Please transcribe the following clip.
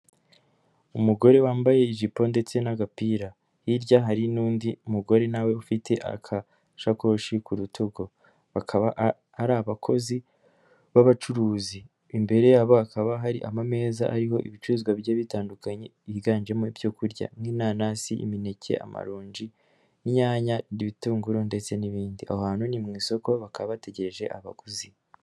Umugore wambaye ijipo ndetse n'agapira, hirya hari n'undi mugore nawe ufite akashakoshi ku rutugu, bakaba ari abakozi b'abacuruzi, imbere yabo hakaba hari amameza ariho ibicuruzwa bigiye bitandukanye higanjemo ibyo kurya nk'inanasi, imineke, amaronji, inyanya, ibitunguru ndetse n'ibindi aho hantu ni mu isoko bakaba bategereje abaguzi.